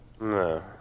No